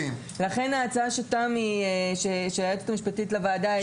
לכן ההצעה שהיועצת המשפטית לוועדה הציעה.